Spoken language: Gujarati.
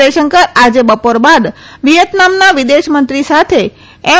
જયશંકર આજે બપોર બાદ વિચેતનામના વિદેશમંત્રી સાથે એમ